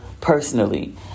personally